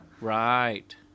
Right